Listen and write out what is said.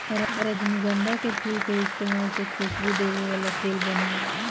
रजनीगंधा के फूल के इस्तमाल से खुशबू देवे वाला तेल बनेला